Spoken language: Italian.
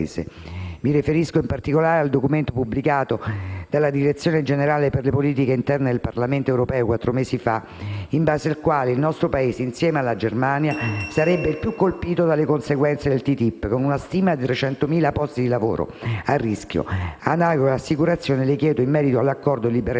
Mi riferisco, in particolare, al documento pubblicato dalla direzione generale per le politiche interne del Parlamento europeo quattro mesi fa, in base al quale il nostro Paese, insieme alla Germania, sarebbe il più colpito dalle conseguenze del TTIP, con una stima di 300.000 posti di lavoro a rischio. Analoghe assicurazioni le chiedo in merito all'accordo di